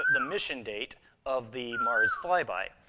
the mission date of the mars fly-by.